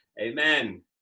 Amen